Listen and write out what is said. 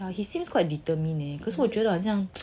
he seems quite determined leh 可是我觉得好象